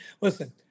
listen